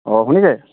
অঁ শুনিছে